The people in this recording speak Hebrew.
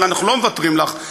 אבל אנחנו לא מוותרים לך,